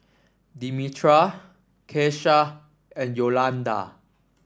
Demetra Kesha and Yolanda